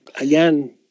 Again